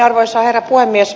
arvoisa herra puhemies